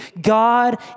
God